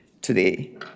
today